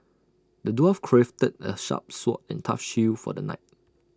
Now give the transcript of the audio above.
the dwarf crafted A sharp sword and A tough shield for the knight